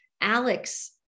Alex